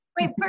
wait